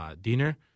dinner